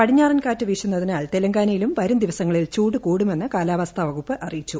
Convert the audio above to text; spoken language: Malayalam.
പടിഞ്ഞാറൻ കാറ്റ് വീശുന്നതിനാൽ തെലങ്കാനയിലും വരും ദിവസങ്ങളിൽ ചൂട് കൂടുമെന്ന് കാലാവസ്ഥാ വകുപ്പ് അറിയിച്ചു